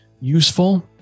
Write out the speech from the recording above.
useful